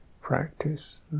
practice